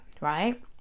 right